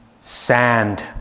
sand